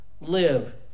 live